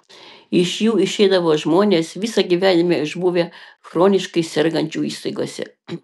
iš jų išeidavo žmonės visą gyvenimą išbuvę chroniškai sergančių įstaigose